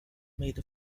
made